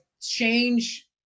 change